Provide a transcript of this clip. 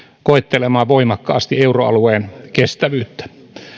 koettelemaan voimakkaasti euroalueen kestävyyttä